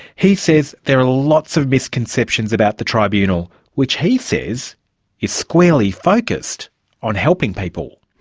he says there are lots of misconceptions about the tribunal, which he says is squarely focused on helping people.